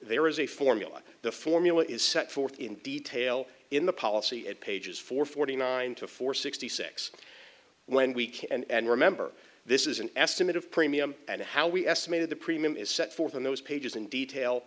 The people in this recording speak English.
there is a formula the formula is set forth in detail in the policy at pages four forty nine to four sixty six when week and remember this is an estimate of premium and how we estimated the premium is set forth in those pages in detail